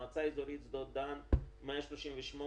מועצה אזורית שדות דן 138,843,